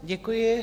Děkuji.